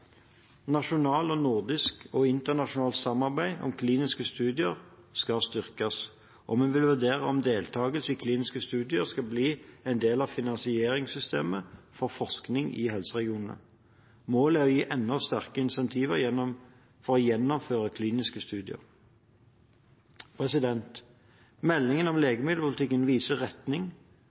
nordisk og internasjonalt samarbeid om kliniske studier skal styrkes, og vi vil vurdere om deltakelse i kliniske studier skal bli en del av finansieringssystemet for forskning i helseregionene. Målet er å gi enda sterkere incentiver for å gjennomføre kliniske studier. Meldingen om legemiddelpolitikken viser retning